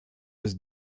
was